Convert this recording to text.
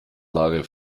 lage